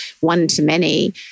one-to-many